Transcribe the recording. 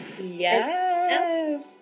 Yes